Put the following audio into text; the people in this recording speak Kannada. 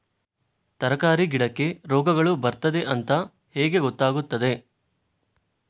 ತರಕಾರಿ ಗಿಡಕ್ಕೆ ರೋಗಗಳು ಬರ್ತದೆ ಅಂತ ಹೇಗೆ ಗೊತ್ತಾಗುತ್ತದೆ?